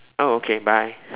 oh okay bye